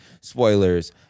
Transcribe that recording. spoilers